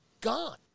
gone